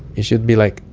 it should be like,